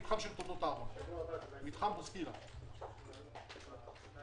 ההבנה הייתה שברגע שתיפרץ הדרך מול בוסקילה אפשר יהיה להמשיך.